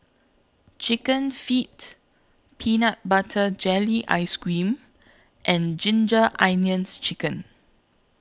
Chicken Feet Peanut Butter Jelly Ice Cream and Ginger Onions Chicken